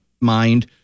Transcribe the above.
mind